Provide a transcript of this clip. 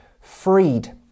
freed